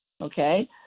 okay